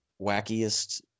wackiest